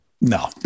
no